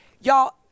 y'all